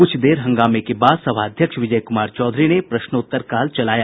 कुछ देर हंगामे के बाद सभाध्यक्ष विजय कुमार चौधरी ने प्रश्नोत्तरकाल चलाया